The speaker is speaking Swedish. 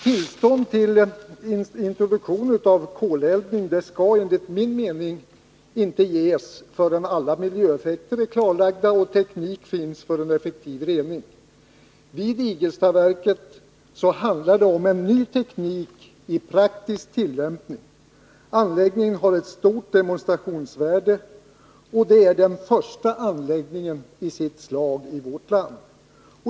Tillstånd till introduktion av koleldning skall, enligt min mening, inte ges förrän alla miljöeffekter är klarlagda och teknik finns för en effektiv rening. Vid Igelstaverket handlar det om en ny teknik i praktisk tillämpning. Anläggningen har ett stort demonstrationsvärde, och den är den första i sitt slag i vårt land.